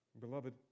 Beloved